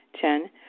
Ten